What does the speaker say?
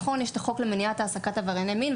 זה נכון שיש את החוק למניעת העסקת עברייני מין,